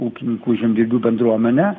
ūkininkų žemdirbių bendruomene